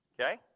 Okay